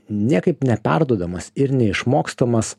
niekaip neperduodamas ir neišmokstamas